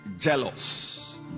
Jealous